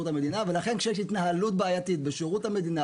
המדינה ולכן כשיש התנהלות בעייתית בשירות המדינה,